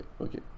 okay